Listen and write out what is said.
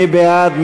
מי בעד?